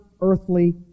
earthly